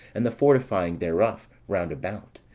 and the fortifying thereof round about,